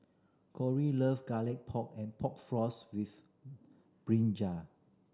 Kori love Garlic Pork and Pork Floss with brinjal